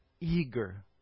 Eager